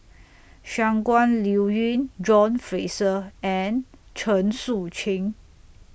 Shangguan Liuyun John Fraser and Chen Sucheng